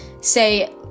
say